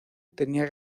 tenía